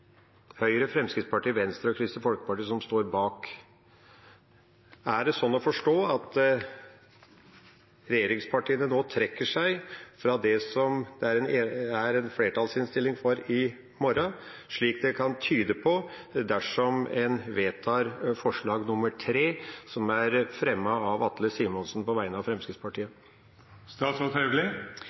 Høyre, Fremskrittspartiet, Venstre og Kristelig Folkeparti står bak. Er det slik å forstå at regjeringspartiene nå trekker seg fra det som er flertallsinnstillingen i morgen, slik det kan tyde på dersom en vedtar forslag nr. 3, som er fremmet av Atle Simonsen på vegne av